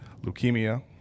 leukemia